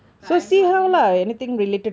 but I'm not very confident